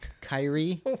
Kyrie